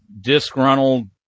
disgruntled